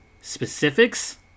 specifics